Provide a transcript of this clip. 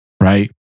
right